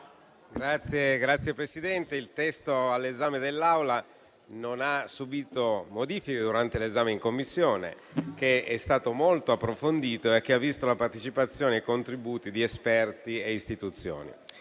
Signora Presidente, il testo all'esame dell'Assemblea non ha subìto modifiche durante l'esame in Commissione, che è stato molto approfondito e che ha visto la partecipazione e i contributi di esperti e istituzioni.